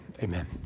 Amen